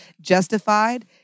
justified